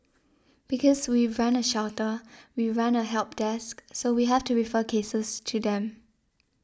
because we run a shelter we run a help desk so we have to refer cases to them